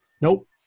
Nope